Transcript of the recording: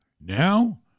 Now